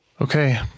Okay